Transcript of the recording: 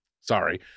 sorry